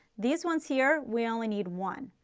these ones here, we only need one.